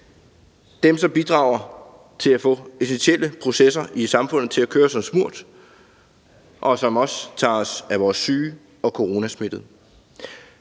dem, som bidrager til at få essentielle processer i samfundet til at køre som smurt, og også dem, som tager sig af vores syge og coronasmittede.